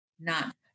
not-